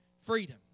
freedom